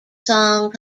song